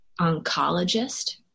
oncologist